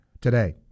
today